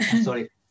sorry